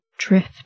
drift